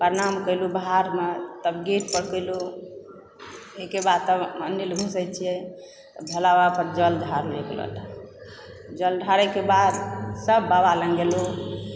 प्रणाम कयलु बाहरमे तब गेटपर कयलु ओहिके बाद तब मन्दिर घुसय छियै भोलाबबापर जल ढारलहुँ एक लोटा जल ढारैके बाद सभ बाबा लग गेलु